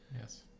Yes